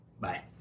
Bye